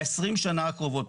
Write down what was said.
ב-20 שנה הקרובות,